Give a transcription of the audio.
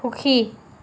সুখী